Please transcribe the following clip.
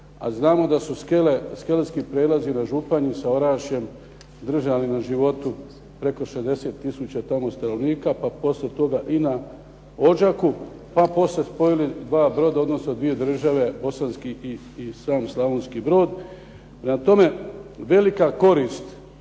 znamo da su skelski prijelazu Županju sa Orašjem držali na životu preko 60 tisuća tamo stanovnika pa poslije toga i na Odžaku, pa poslije spojili dva Broda odnosno dvije države Bosanski i Slavonski Brod. Prema tome, velika korist